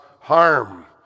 harm